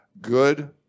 good